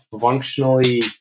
functionally